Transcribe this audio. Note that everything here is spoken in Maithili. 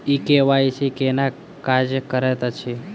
ई के.वाई.सी केना काज करैत अछि?